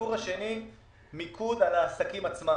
הסיפור השני הוא מיקוד על העסקים עצמם.